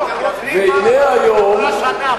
והנה היום, עברה שנה.